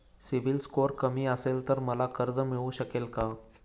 CIBIL score कमी असेल तर मला कर्ज मिळू शकेल का?